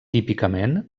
típicament